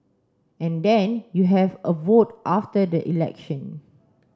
and then you have a vote after the election